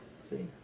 See